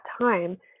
time